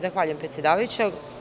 Zahvaljujem predsedavajuća.